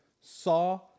saw